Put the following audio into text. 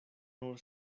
nur